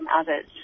others